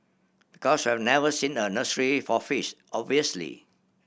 because we have never seen a nursery for fish obviously